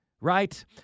right